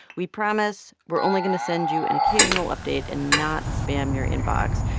we promise we're only going to send you an occasional update and not spam your inbox.